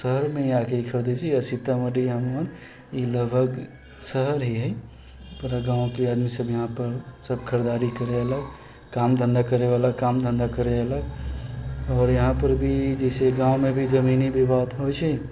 शहरमे ही आके खरीदै छै या सीतामढ़ी ई लगभग शहर ही हइ पूरा गाँवके आदमीसब यहाँपर सब खरीदारी करै अएलक काम धन्धा करैवला काम धन्धा करै अएलक आओर यहाँपर भी जइसे गाँवमे भी जमीनी विवाद होइ छै